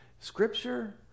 Scripture